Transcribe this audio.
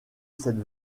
cette